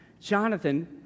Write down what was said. Jonathan